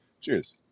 Cheers